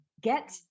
get